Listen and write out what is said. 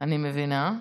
אני מבינה.